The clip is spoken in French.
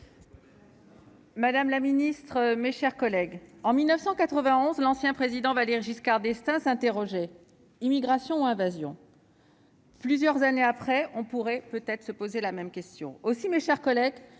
madame la ministre, mes chers collègues, en 1991, l'ancien Président Valéry Giscard d'Estaing s'interrogeait :« Immigration ou invasion ?» Trente et un ans après, certains pourraient se poser la même question. Aussi, mes chers collègues,